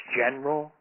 general